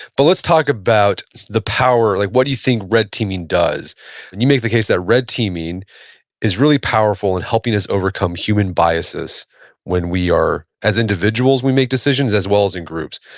but let's talk about the power. like what do you think red teaming does and you make the case that red teaming is really powerful in helping us overcome human biases when we are as individuals, we make decisions as well as in groups.